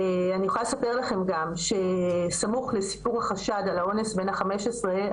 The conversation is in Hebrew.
אני יכולה לספר לכם גם שסמוך לסיפור החשד על האונס בן החמש עשרה,